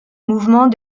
mouvement